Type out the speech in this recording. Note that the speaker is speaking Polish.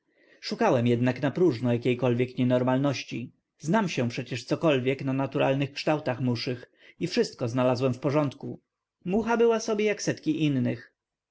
szukałem jednak napróżno jakiejkolwiek nienormalności znam się przecież cokolwiek na naturalnych kształtach muszych i wszystko znalazłem w porządku mucha była sobie jak setki innych